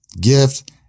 gift